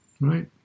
right